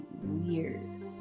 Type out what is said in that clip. weird